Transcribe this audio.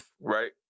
Right